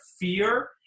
fear